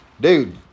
dude